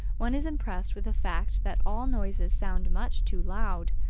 one is impressed with the fact that all noises sound much too loud,